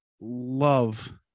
love